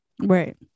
Right